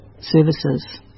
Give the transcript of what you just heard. services